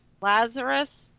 Lazarus